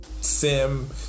sim